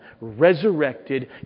resurrected